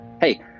Hey